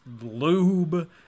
lube